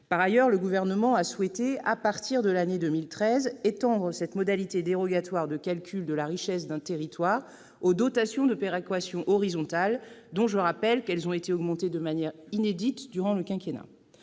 Par ailleurs, le Gouvernement a souhaité, à compter de l'année 2013, étendre cette modalité dérogatoire de calcul de la richesse d'un territoire aux dotations de péréquation horizontale, qui, je le rappelle, ont été augmentées de manière inédite durant le quinquennat.